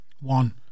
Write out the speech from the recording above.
One